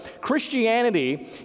Christianity